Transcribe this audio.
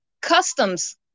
customs